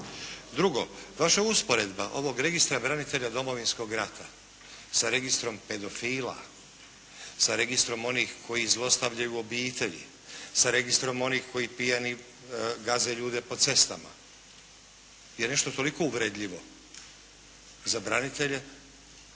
Drugo, vaša usporedba ovog registra branitelja Domovinskog rata sa registrom pedofila, sa registrom onih koji zlostavljaju obitelji, sa registrom onih koji pijano gaze ljude po cestama je nešto toliko uvredljivo za branitelje,